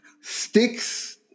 sticks